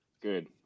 Good